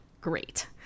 great